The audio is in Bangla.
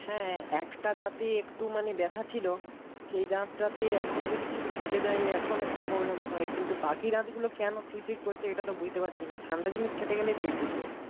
হ্যাঁ একটা দাঁতে একটু মানে ব্যথা ছিল সেই দাঁতটাতে এখন যদি কিছু খেতে যাই এখন একটু প্রবলেম হয় কিন্তু বাকি দাঁতগুলো কেন শিরশির করছে এটা তো বুঝতে পারছি না ঠান্ডা জিনিস খেতে গেলেই শিরশির করছে